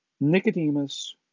Nicodemus